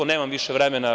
Nemam više vremena.